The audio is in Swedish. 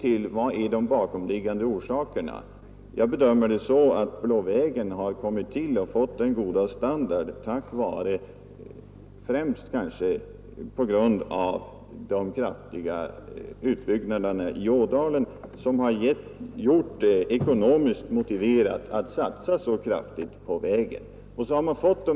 Vilka är då de bakomliggande orsakerna? Jag bedömer det så att Blå vägen har kommit till och fått sin goda standard främst på grund av de kraftiga utbyggnaderna i ådalen som gjort det ekonomiskt motiverat att satsa så kraftigt på vägen.